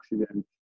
accident